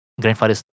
grandfather's